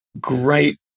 great